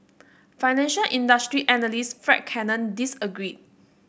financial industry analyst Fred Cannon disagreed